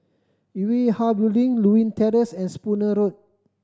Yue Hwa Building Lewin Terrace and Spooner Road